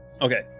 Okay